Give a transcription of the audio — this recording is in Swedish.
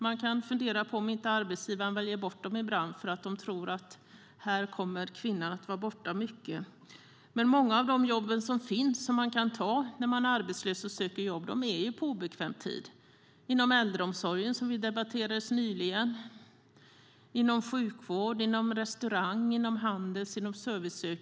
Man kan fundera på om inte arbetsgivaren ibland väljer bort dem för att de tror att kvinnan kommer att vara borta mycket. Många av de jobb som arbetslösa kan söka är på obekväm arbetstid inom äldreomsorg, sjukvård, restaurang, handel och service.